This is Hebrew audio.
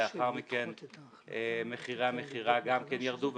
לאחר מכן מחירי המכירה גם ירדו,